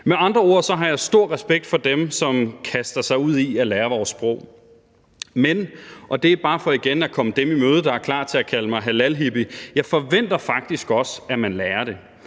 Med andre ord har jeg stor respekt for dem, som kaster sig ud i at lære vores sprog. Men – og det er bare for igen at komme dem i møde, der er klar til at kalde mig halalhippie – jeg forventer faktisk også, at man lærer det.